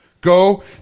Go